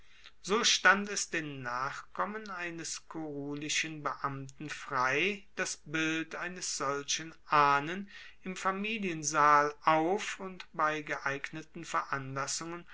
so stand es den nachkommen eines kurulischen beamten frei das bild eines solchen ahnen im familiensaal auf und bei geeigneten veranlassungen